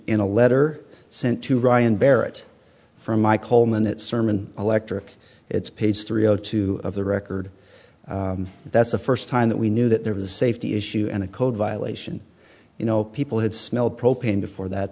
in a letter sent to ryan barrett from my coleman that sermon electric it's page three o two of the record that's the first time that we knew that there was a safety issue and a code violation you know people had smelled propane before that